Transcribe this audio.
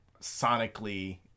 sonically